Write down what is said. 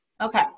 Okay